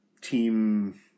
team